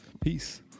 Peace